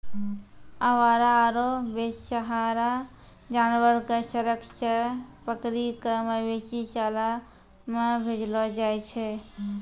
आवारा आरो बेसहारा जानवर कॅ सड़क सॅ पकड़ी कॅ मवेशी शाला मॅ भेजलो जाय छै